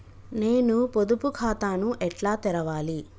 నేను పొదుపు ఖాతాను ఎట్లా తెరవాలి?